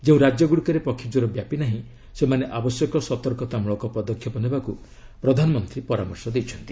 ଯେଉଁ ରାଜ୍ୟଗୁଡ଼ିକରେ ପକ୍ଷୀ ଜ୍ୱର ବ୍ୟାପି ନାହିଁ ସେମାନେ ଆବଶ୍ୟକ ସତର୍କତା ମୂଳକ ପଦକ୍ଷେପ ନେବାକୁ ପ୍ରଧାନମନ୍ତ୍ରୀ ପରାମର୍ଶ ଦେଇଛନ୍ତି